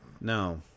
no